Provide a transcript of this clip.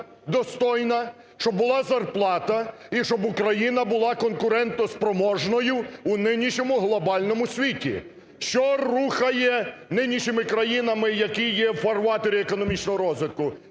достойна, щоб була зарплата, і щоб Україна була конкурентоспроможною у нинішньому глобальному світі. Що рухає нинішніми країнами, які є у форватері економічного розвитку?